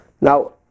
Now